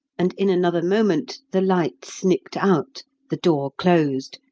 and in another moment the light snicked out, the door closed,